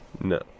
No